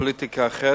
פוליטיקה אחרת,